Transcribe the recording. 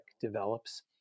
develops